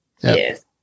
Yes